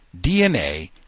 DNA